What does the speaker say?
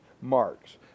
marks